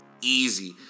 easy